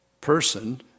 person